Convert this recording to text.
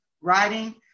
writing